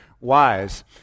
wise